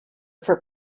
for